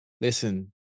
Listen